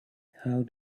how